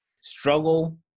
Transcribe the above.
struggle